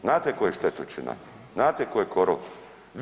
Znate tko je štetočina, znate tko je korov?